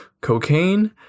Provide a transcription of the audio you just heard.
cocaine